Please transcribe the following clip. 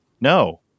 no